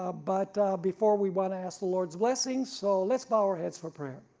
ah but before we want to ask the lord's blessing, so let's bow our heads for prayer.